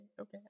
okay